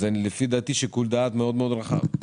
לפי דעתי זה שיקול דעת מאוד-מאוד רחב.